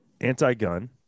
anti-gun